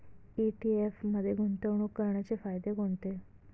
ETF मध्ये गुंतवणूक करण्याचे फायदे कोणते?